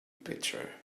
pitcher